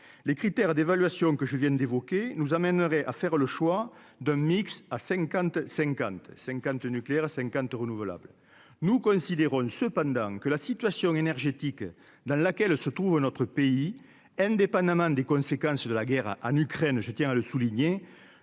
les critères d'évaluation que je viens d'évoquer nous amènerait à faire le choix d'un mix, à 50 50 50 nucléaire à 50 renouvelable nous considérons cependant que la situation énergétique dans laquelle se trouve notre pays des Panama des conséquences de la guerre, Anne, Ukraine, je tiens à le souligner,